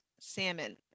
salmon